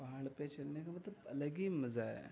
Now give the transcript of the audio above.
پہاڑ پہ چلنے کا مطلب الگ ہی مزہ ہے